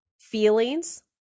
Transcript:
feelings